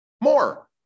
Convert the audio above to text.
more